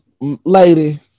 lady